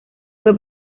fue